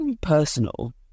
personal